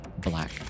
black